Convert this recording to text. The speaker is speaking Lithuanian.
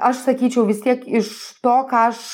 aš sakyčiau vis tiek iš to ką aš